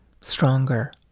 stronger